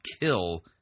kill